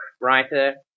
writer